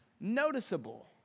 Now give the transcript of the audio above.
noticeable